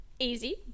Easy